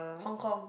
Hong-Kong